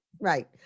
right